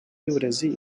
y’uburezi